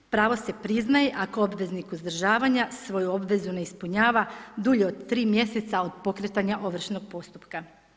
Pravo se priznaje ako obveznik uzdržavanja svoju obvezu ne ispunjava dulje od 3 mjeseca od pokretanja ovršnog postupka.